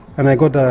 and i got